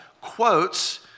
quotes